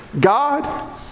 God